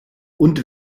und